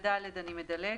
ו-(ד) אני מדלגת.